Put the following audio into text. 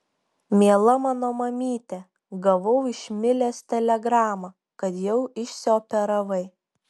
miela mano mamyte gavau iš milės telegramą kad jau išsioperavai